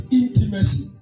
intimacy